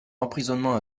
emprisonnement